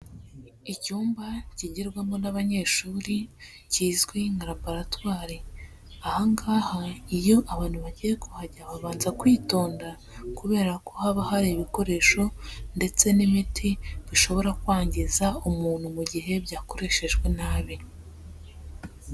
Icyumba kigirwamo n'abanyeshuri kizwi nka laboratwari, aha ngaha iyo abantu bagiye kuhajya babanza kwitonda, kubera ko haba hari ibikoresho ndetse n'imiti bishobora kwangiza umuntu mu gihe byakoreshejwe nabi.